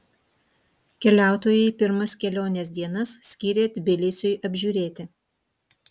keliautojai pirmas kelionės dienas skyrė tbilisiui apžiūrėti